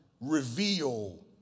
reveal